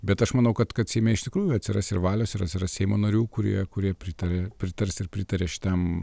bet aš manau kad kad seime iš tikrųjų atsiras ir valios ir atsiras seimo narių kurie kurie pritaria pritars ir pritaria šitam